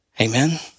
Amen